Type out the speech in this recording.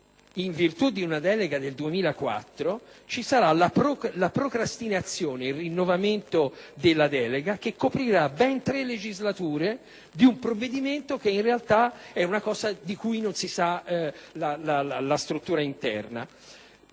in virtù di una delega del 2004, vi sarà la procrastinazione ed il rinnovamento della delega, che coprirà ben tre legislature, di un provvedimento del quale in realtà non si conosce la struttura interna.